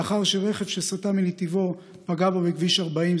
לאחר שרכב שסטה מנתיבו פגע בו בכביש 40,